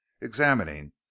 examining